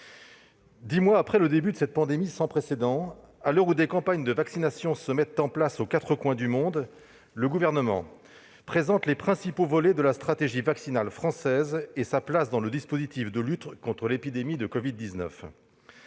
Dix mois après le début de cette pandémie sans précédent, à l'heure où des campagnes de vaccination se mettent en place aux quatre coins du monde, le Gouvernement présente les principaux volets de la stratégie vaccinale française et sa place dans le dispositif de lutte contre l'épidémie de covid-19.